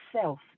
self